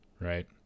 right